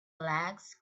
legs